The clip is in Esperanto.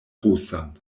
rusan